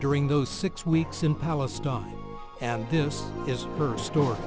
during those six weeks in palestine and this is her stor